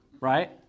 right